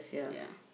ya